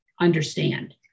understand